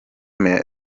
mehr